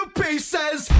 pieces